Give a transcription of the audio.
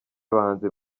bahanzi